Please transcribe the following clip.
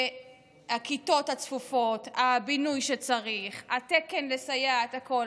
הכיתות הצפופות, הבינוי שצריך, התקן לסייעת, הכול.